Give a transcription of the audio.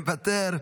מוותר,